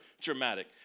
dramatic